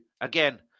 Again